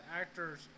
actors